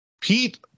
Pete